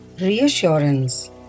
reassurance